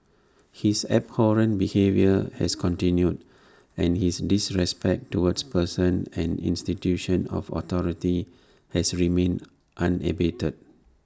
his abhorrent behaviour has continued and his disrespect towards persons and institutions of authority has remained unabated